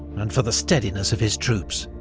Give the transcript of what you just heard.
and for the steadiness of his troops.